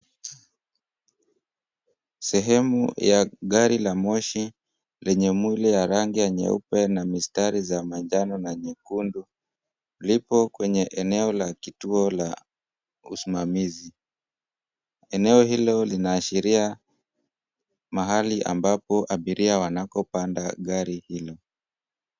Sehemu ya gari la moshi lenye mwili ya rangi ya nyeupe na mistary za manjano na nyekundu lipo kwenye eneo la kituo la usimamizi, eneo hilo linaashiria mahali ambapo abiria wanapopanda gari hilo